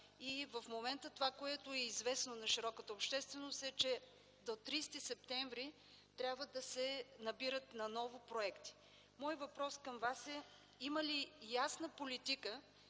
В момента това, което е известно на широката общественост е, че до 30 септември трябва да се набират отново проекти. Моят въпрос към Вас е: има ли ясна политика